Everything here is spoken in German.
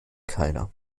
keiner